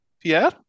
Pierre